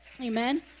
Amen